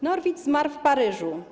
Norwid zmarł w Paryżu.